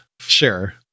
sure